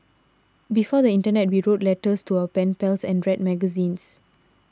before the internet we wrote letters to our pen pals and read magazines